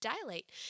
dilate